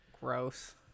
Gross